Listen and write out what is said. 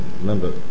remember